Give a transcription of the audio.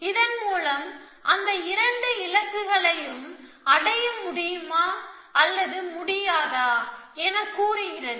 இதன் மூலம் அந்த இரண்டு இலக்குகளையும் அடைய முடியுமா அல்லது முடியாதா என கூறுகிறது